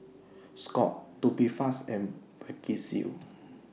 Scott's Tubifast and Vagisil